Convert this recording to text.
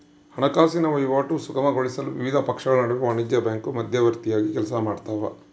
ಹಣಕಾಸಿನ ವಹಿವಾಟು ಸುಗಮಗೊಳಿಸಲು ವಿವಿಧ ಪಕ್ಷಗಳ ನಡುವೆ ವಾಣಿಜ್ಯ ಬ್ಯಾಂಕು ಮಧ್ಯವರ್ತಿಯಾಗಿ ಕೆಲಸಮಾಡ್ತವ